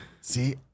See